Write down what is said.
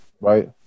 Right